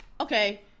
okay